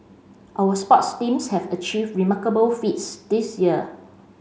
our sports teams have achieved remarkable feats this year